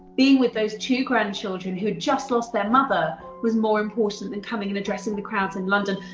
being with those two grandchildren who just lost their mother was more important than coming and addressing the crowds in london,